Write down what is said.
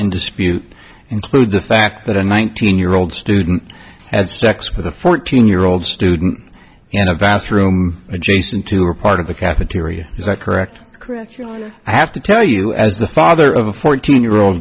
in dispute and the fact that a nineteen year old student had sex with a fourteen year old student and a bathroom adjacent to a part of the cafeteria is that correct correct you're going to have to tell you as the father of a fourteen year old